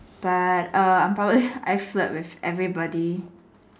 but err I probably I flirt with everybody